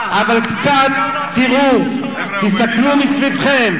אבל קצת תסתכלו מסביבכם,